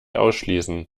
ausschließen